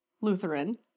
Lutheran